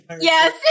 Yes